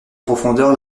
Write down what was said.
profondeur